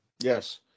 Yes